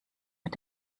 mit